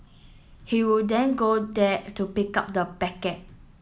he would then go there to pick up the packet